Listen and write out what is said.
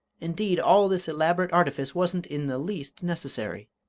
indeed, all this elaborate artifice wasn't in the least necessary!